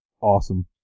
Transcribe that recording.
awesome